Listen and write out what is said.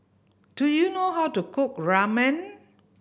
do you know how to cook Ramen